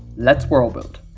let's worldbuild.